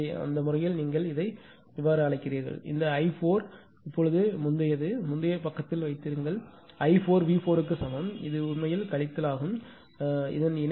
எனவே அந்த முறையில் நீங்கள் இதை அழைக்கிறீர்கள் இந்த ஐ 4 முந்தையது முந்தைய பக்கத்தில் வைத்திருங்கள் i4 V4 க்கு சமம் இது உண்மையில் கழித்தல் ஆகும் அது மைனஸ்